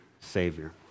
savior